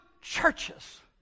churches